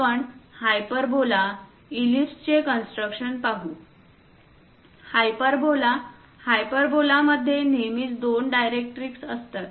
आपण हायपरबोला ईलिप्सचे कन्स्ट्रक्शन पाहू हायपरबोला हायपरबोलामध्ये नेहमीच दोन डायरेक्ट्रिक्स असतात